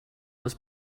was